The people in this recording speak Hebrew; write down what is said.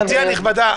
גברתי הנכבדה,